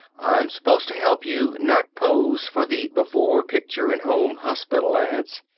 i'm supposed to help you, not pose for the before picture in home hospital ads.